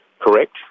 correct